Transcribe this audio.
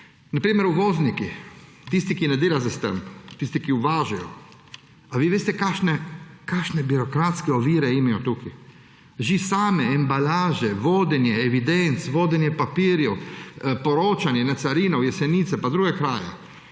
Na primer uvozniki, tisti, ki ne dela s tem, tisti, ki uvažajo. Ali vi veste, kakšne birokratske ovire imajo tukaj? Že same embalaže, vodenje evidenc, vodenje papirjev, poročanje na carino, na Jesenice, pa druge kraje.